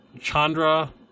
Chandra